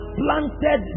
planted